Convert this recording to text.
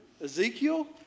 Ezekiel